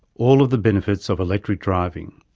all of the benefits of electric driving.